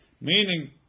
meaning